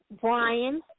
Brian